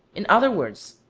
in other words,